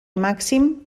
màxim